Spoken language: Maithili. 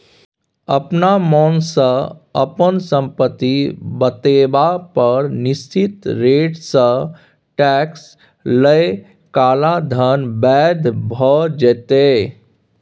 अपना मोनसँ अपन संपत्ति बतेबा पर निश्चित रेटसँ टैक्स लए काला धन बैद्य भ जेतै